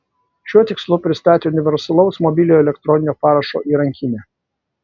šiuo tikslu pristatė universalaus mobiliojo elektroninio parašo įrankinę